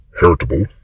heritable